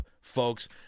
folks